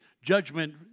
Judgment